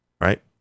right